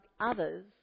others